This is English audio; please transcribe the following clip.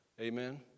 Amen